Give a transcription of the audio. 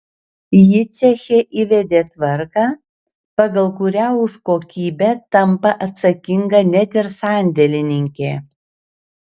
ji ceche įvedė tvarką pagal kurią už kokybę tampa atsakinga net ir sandėlininkė